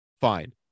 Fine